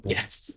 Yes